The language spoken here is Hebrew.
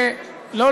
לא,